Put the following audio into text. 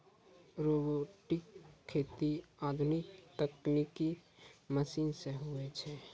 robotic खेती आधुनिक तकनिकी मशीन से हुवै छै